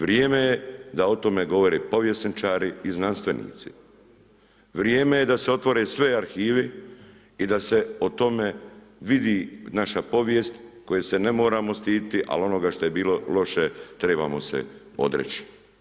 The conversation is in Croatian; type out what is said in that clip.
Vrijeme je da o tome govore povjesničari i znanstvenici, vrijeme je da se otvore sve arhivi i da se o tome vidi naša povijest koje se ne moramo stiditi, ali onoga što je bilo loše, trebamo se odreći.